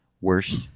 worst